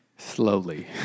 Slowly